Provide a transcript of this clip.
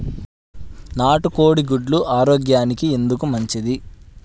నాటు కోడి గుడ్లు ఆరోగ్యానికి ఎందుకు మంచిది?